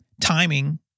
Timing